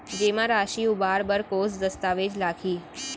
जेमा राशि उबार बर कोस दस्तावेज़ लागही?